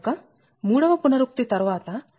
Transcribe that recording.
కనుక మూడవ పునరుక్తి తర్వాత Pg30